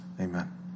Amen